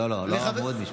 לא, לא, אמרו עוד משפט.